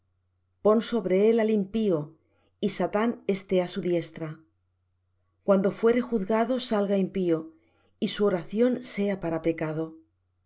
pon sobre él al impío y satán esté á su diestra cuando fuere juzgado salga impío y su oración sea para pecado